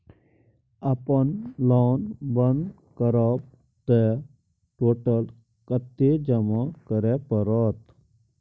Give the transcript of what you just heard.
अपन लोन बंद करब त टोटल कत्ते जमा करे परत?